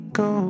go